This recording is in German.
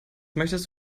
möchtest